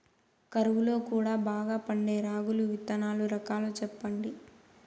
కరువు లో కూడా బాగా పండే రాగులు విత్తనాలు రకాలు చెప్పండి?